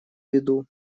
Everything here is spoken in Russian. виду